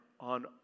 on